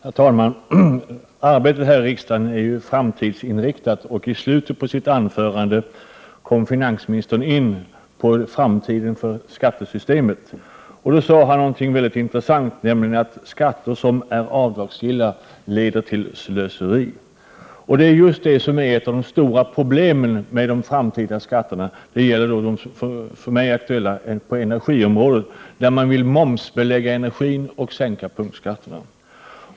Herr talman! Arbetet här i riksdagen är framtidsinriktat. I slutet av sitt huvudanförande kom finansministern in på frågan om det framtida skattesystemet. Han sade något väldigt intressant. Han sade nämligen att skatter som är avdragsgilla leder till slöseri. Det är just det som är ett av de stora problemen med de framtida skatterna. Vad som för mig är aktuellt är då energiområdet, där man vill momsbelägga energin och sänka punktskatterna.